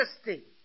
interesting